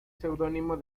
seudónimo